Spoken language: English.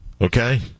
okay